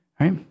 right